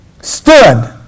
stood